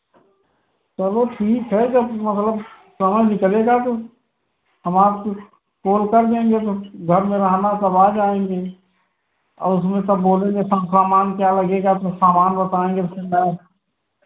चलो ठीक है जब मतलब समय निकलेगा तो हम आपको फोन कर देंगे तो घर में रहना तब आ जाएँगे और उसमें सब बोलेंगे सब सामान क्या लगेगा तो सामान बताएँगे तो